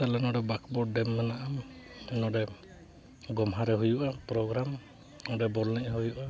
ᱟᱞᱮ ᱱᱚᱸᱰᱮ ᱵᱟᱸᱠᱵᱚᱲ ᱰᱮᱢ ᱢᱮᱱᱟᱜᱼᱟ ᱱᱚᱸᱰᱮ ᱜᱳᱢᱦᱟ ᱨᱮ ᱦᱩᱭᱩᱜᱼᱟ ᱯᱨᱳᱜᱨᱟᱢ ᱱᱚᱸᱰᱮ ᱵᱚᱞ ᱮᱱᱮᱡ ᱦᱚᱸ ᱦᱩᱭᱩᱜᱼᱟ